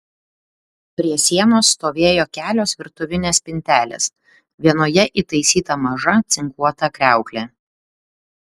prie sienos stovėjo kelios virtuvinės spintelės vienoje įtaisyta maža cinkuota kriauklė